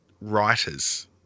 writers